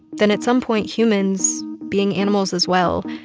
then at some point, humans, being animals as well,